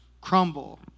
crumble